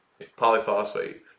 polyphosphate